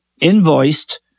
Invoiced